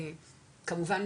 כמובן,